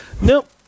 Nope